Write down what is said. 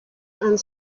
and